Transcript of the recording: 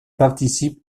participe